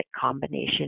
combination